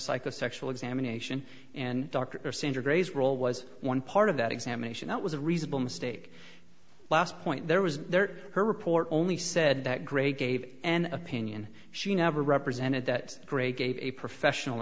psychosexual examination and dr sandra gray's role was one part of that examination that was a reasonable mistake last point there was there her report only said that gray gave an opinion she never represented that gray gave a professional